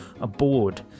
aboard